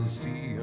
see